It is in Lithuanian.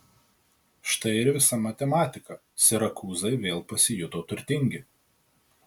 štai ir visa matematika sirakūzai vėl pasijuto turtingi